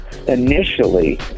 Initially